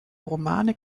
romane